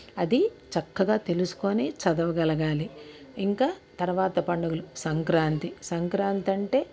అది చక్కగా తెలుసుకోని చదవగలగాలి ఇంకా తర్వాత పండుగలు సంక్రాంతి సంక్రాంతంటే